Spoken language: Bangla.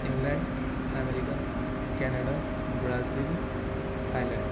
England America Canada Brazil Thailand